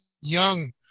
young